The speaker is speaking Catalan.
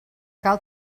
cal